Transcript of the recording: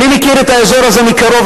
אני מכיר את האזור הזה מקרוב.